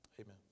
Amen